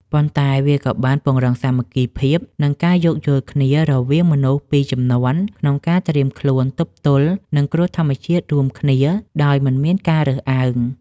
ប៉ុន្តែវាក៏បានពង្រឹងសាមគ្គីភាព និងការយោគយល់គ្នារវាងមនុស្សពីរជំនាន់ ក្នុងការត្រៀមខ្លួនទប់ទល់នឹងគ្រោះធម្មជាតិរួមគ្នាដោយមិនមានការរើសអើង។